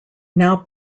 now